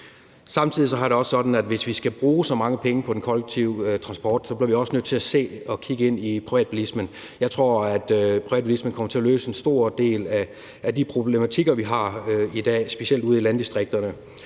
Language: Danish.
Samtidig har jeg det også sådan, at hvis vi skal bruge så mange penge på den kollektive transport, bliver vi også nødt til at se på privatbilismen. Jeg tror, privatbilismen kommer til at løse en stor del af de problematikker, vi har i dag, specielt ude i landdistrikterne.